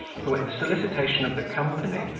who, at the solicitation of the company,